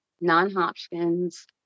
non-Hopkins